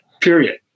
period